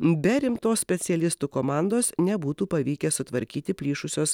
be rimtos specialistų komandos nebūtų pavykę sutvarkyti plyšusios